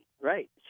right